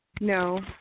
no